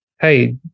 hey